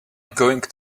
going